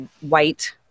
white